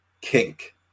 kink